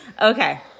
Okay